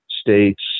states